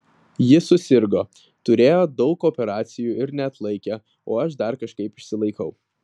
ji susirgo turėjo daug operacijų ir neatlaikė o aš dar kažkaip išsilaikau